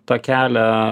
tą kelią